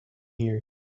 here